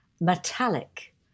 metallic